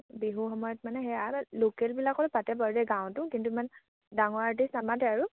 বিহু সময়ত মানে সেয়া লোকেলবিলাকৰ পাতে বাৰু যে গাঁৱতো কিন্তু ইমান ডাঙৰ আৰ্টিষ্ট নামাতে আৰু